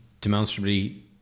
demonstrably